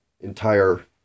entire